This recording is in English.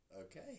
Okay